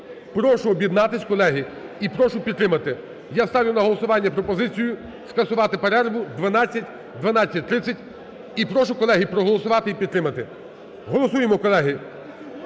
Прошу об'єднатись, колеги, і прошу підтримати. Я ставлю на голосування пропозицію скасувати перерву 12:00-12:30. І прошу, колеги, проголосувати і підтримати. Голосуємо, колеги!